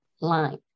line